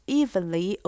evenly